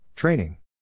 Training